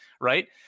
right